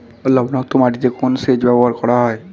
লবণাক্ত মাটিতে কোন সেচ ব্যবহার করা হয়?